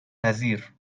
پذیر